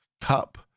Cup